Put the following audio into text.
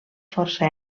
força